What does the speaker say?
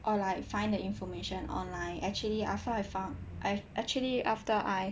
or like find the information online actually after I found I actually after I